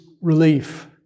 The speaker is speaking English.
relief